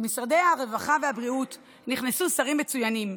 למשרדי הרווחה והבריאות נכנסו שרים מצוינים,